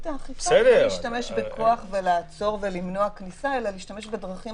האכיפה היא לא להשתמש בכוח ולעצור ולמנוע כניסה אלא להשתמש בדרכים